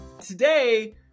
Today